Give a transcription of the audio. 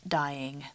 dying